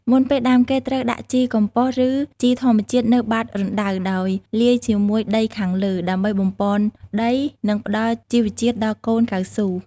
មុនពេលដាំ គេត្រូវដាក់ជីកំប៉ុស្ត ឬជីធម្មជាតិនៅបាតរណ្តៅ ដោយលាយជាមួយដីខាងលើ ដើម្បីបំប៉នដី និងផ្តល់ជីវជាតិដល់កូនកៅស៊ូ។